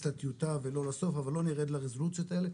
לטיוטה ולא לסוף אבל לא נרד לרזולוציות האלה,